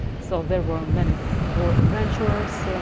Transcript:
so there were many war adventurers